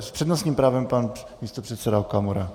S přednostním právem pan místopředseda Okamura.